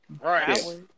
right